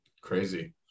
Crazy